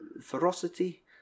ferocity